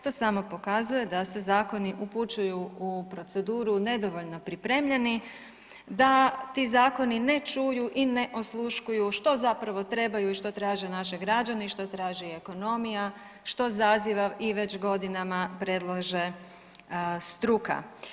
To samo pokazuje da se zakoni upućuju u proceduru nedovoljno pripremljeni, da ti zakoni ne čuju i ne osluškuju što zapravo trebaju i što traže naši građani, što traži ekonomija, što zaziva i već godinama predlaže struka.